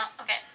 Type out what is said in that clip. Okay